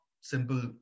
simple